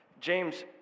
James